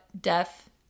death